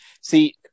see